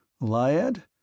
Lyad